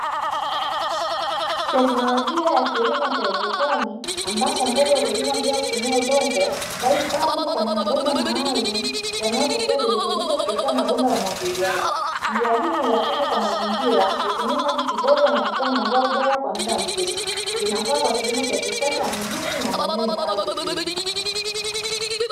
Teknolojia ya kilimo cha haidroponi ambapo mboga hulimwa bila kutumia udongo bali hupandwa kwenye mabomba maalumu yanayopokea virutubisho kupitia mabomba ya umwagiliaji, njia hii ni rafiki kwa mazingira hutumia maji kidogo na kutoa mazao bora kwa muda mfupi inafaa kwa kilimo cha kisasa mjini na maeneo yenye ardhi ndogo.